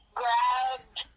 grabbed